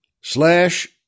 slash